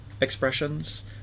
expressions